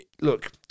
Look